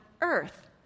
earth